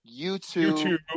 YouTube